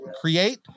create